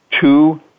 two